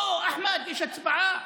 לא, אחמד, יש הצבעה.